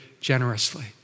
generously